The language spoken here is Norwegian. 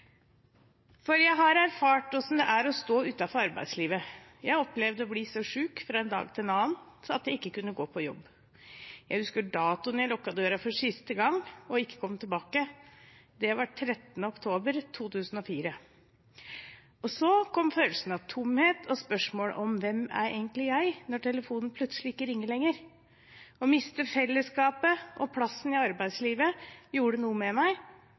For jeg har erfart hvordan det er å stå utenfor arbeidslivet. Jeg opplevde å bli så syk fra en dag til en annen at jeg ikke kunne gå på jobb. Jeg husker datoen jeg lukket døra for siste gang og ikke kom tilbake, det var 13. oktober 2004. Så kom følelsen av tomhet og spørsmålet om «hvem er egentlig jeg» når telefonen plutselig ikke ringer lenger. Å miste fellesskapet og plassen i arbeidslivet gjorde noe med meg.